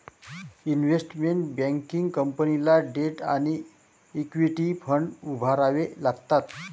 investment banking कंपनीला debt आणि equity fund उभारावे लागतात